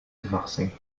divorcer